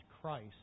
Christ